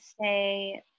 say